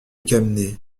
calmer